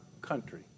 country